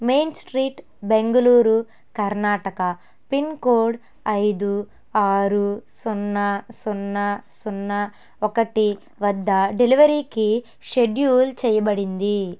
main street Bengaluru Karnataka pincode ఐదు ఆరు సున్నా సున్నా సున్నా ఒకటి వద్ద డెలివరీకి షెడ్యూల్ చెయ్యబడింది